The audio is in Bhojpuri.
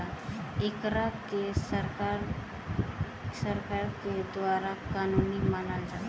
एकरा के सरकार के द्वारा कानूनी मानल जाला